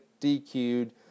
DQ'd